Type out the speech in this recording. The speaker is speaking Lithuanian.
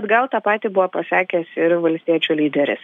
gal tą patį buvo pasakęs ir valstiečių lyderis